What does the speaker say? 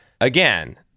again